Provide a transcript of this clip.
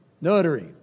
notary